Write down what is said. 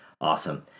Awesome